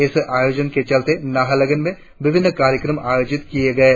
इस आयोजन के चलते नाहरलगुन में विभिन्न कार्यक्रम आयोजित किये गये